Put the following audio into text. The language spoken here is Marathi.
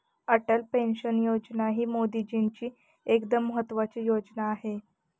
अटल पेन्शन योजना ही मोदीजींची एकदम महत्त्वाची योजना आहे